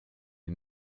est